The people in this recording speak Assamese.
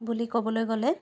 বুলি ক'বলৈ গ'লে